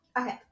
Okay